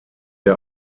der